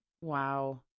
Wow